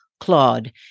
Claude